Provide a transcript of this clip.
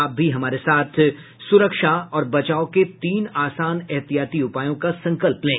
आप भी हमारे साथ सुरक्षा और बचाव के तीन आसान एहतियाती उपायों का संकल्प लें